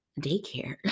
daycare